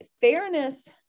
fairness